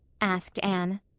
asked anne.